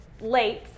late